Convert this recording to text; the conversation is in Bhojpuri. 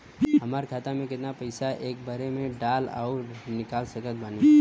हमार खाता मे केतना पईसा एक बेर मे डाल आऊर निकाल सकत बानी?